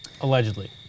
Allegedly